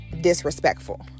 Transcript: disrespectful